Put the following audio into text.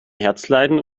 herzleiden